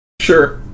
sure